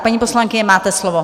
Paní poslankyně, máte slovo.